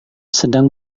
sedang